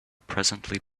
presently